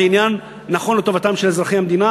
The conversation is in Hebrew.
זה עניין נכון לטובתם של אזרחי המדינה,